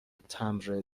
تمبر